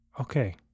Okay